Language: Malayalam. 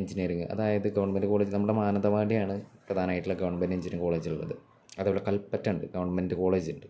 എൻജിനീയറിംഗ് അതായത് ഗവൺമെൻറ് കോളേജ് നമ്മുടെ മാനന്തവാടിയാണ് പ്രധാനമായിട്ടുള്ള ഗവൺമെൻറ് എഞ്ചിനീയറിംഗ് കോളേജ് ഉള്ളത് അതേപോലെ കൽപറ്റയുണ്ട് ഗവൺമെൻറ് കോളേജുണ്ട്